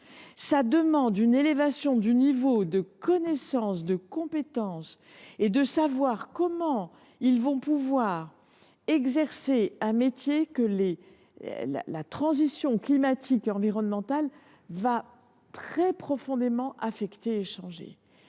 Cela requiert une élévation du niveau de connaissances, de compétences et implique de savoir comment ils pourront exercer un métier que la transition climatique et environnementale va très profondément affecter et faire